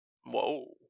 Whoa